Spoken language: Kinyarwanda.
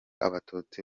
abatutsi